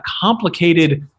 complicated